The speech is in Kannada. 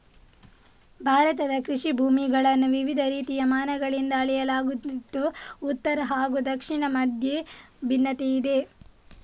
ಭಾರತದ ಕೃಷಿ ಭೂಮಿಗಳನ್ನು ವಿವಿಧ ರೀತಿಯ ಮಾನಗಳಿಂದ ಅಳೆಯಲಾಗುತ್ತಿದ್ದು ಉತ್ತರ ಹಾಗೂ ದಕ್ಷಿಣದ ಮಧ್ಯೆ ಭಿನ್ನತೆಯಿದೆ